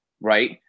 right